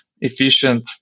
efficient